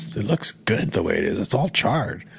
it looks good the way it is. it's all charred.